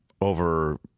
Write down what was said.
over